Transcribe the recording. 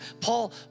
Paul